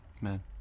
man